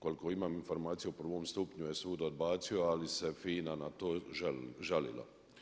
Koliko imam informacija u prvom stupnju je sud odbacio, ali se FINA na to žalila.